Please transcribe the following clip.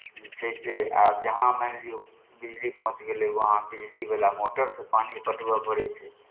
जे छै से आब जहाँ मानि लियौ बिजली पहुँचि गेलै वहाँ बिजलीवला मोटरसँ पानि पटबय पड़ै छै